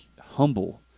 Humble